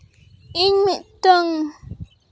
ᱤᱧ ᱢᱤᱫᱴᱟᱱ